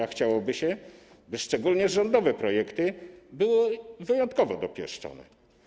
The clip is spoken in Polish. A chciałoby się, by szczególnie rządowe projekty były wyjątkowo dopieszczone.